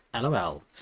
LOL